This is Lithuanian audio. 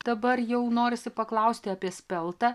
dabar jau norisi paklausti apie speltą